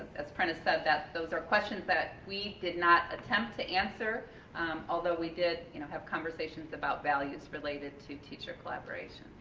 as printess said that those are questions that we did not attempt to answer although we did have conversations about values related to teacher collaboration.